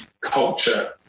culture